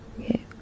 Okay